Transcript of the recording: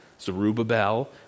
Zerubbabel